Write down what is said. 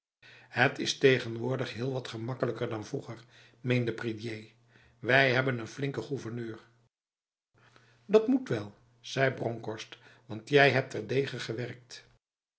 het is tegenwoordig heel wat gemakkelijker dan vroeger meende prédier wij hadden een flinke gouverneur dat moet wel zei bronkhorst want jij hebt terdege gewerkt